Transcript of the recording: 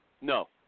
No